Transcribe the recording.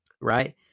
right